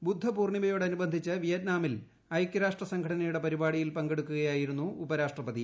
ബുദ്ധപൂർണ്ണിമയോടനുബന്ധിച്ച് വിയറ്റ്നാമിൽ ഐക്യരാഷ്ട്ര സംഘടനയുടെ പരിപാടിയിൽ പങ്കെടൂക്കുകൃതായിരുന്നു ഉപരാഷ്ട്രപതി